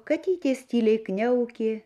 katytės tyliai kniaukė